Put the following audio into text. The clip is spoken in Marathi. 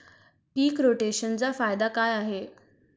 पीक रोटेशनचा फायदा काय आहे?